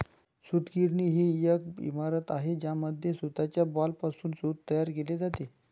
सूतगिरणी ही एक इमारत आहे ज्यामध्ये सूताच्या बॉलपासून सूत तयार केले जाते